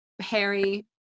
Harry